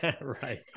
Right